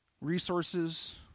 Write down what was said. resources